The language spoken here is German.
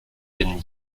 den